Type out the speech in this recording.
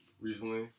recently